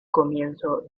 comienzo